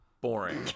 boring